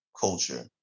culture